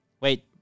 Wait